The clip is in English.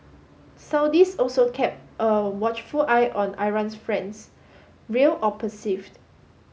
Saudis also kept a watchful eye on Iran's friends real or perceived